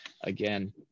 Again